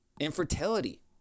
Infertility